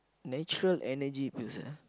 natural Energy Pills ah